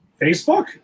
Facebook